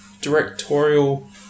directorial